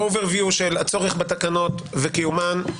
שה- overview של הצורך בתקנות וקיומן,